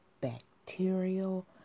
bacterial